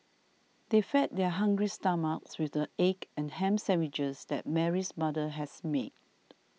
they fed their hungry stomachs with the egg and ham sandwiches that Mary's mother had made